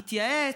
התייעץ,